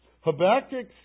Habakkuk